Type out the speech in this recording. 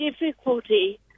difficulty